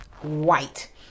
white